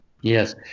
Yes